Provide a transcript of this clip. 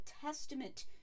Testament